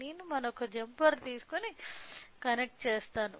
నేను మరొక జంపర్ తీసుకొని కనెక్ట్ చేస్తాను